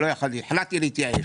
החלטתי להתייאש.